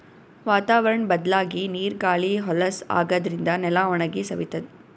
ವಾತಾವರ್ಣ್ ಬದ್ಲಾಗಿ ನೀರ್ ಗಾಳಿ ಹೊಲಸ್ ಆಗಾದ್ರಿನ್ದ ನೆಲ ಒಣಗಿ ಸವಿತದ್